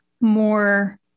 more